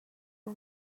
for